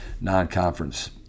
non-conference